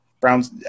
Browns